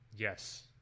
Yes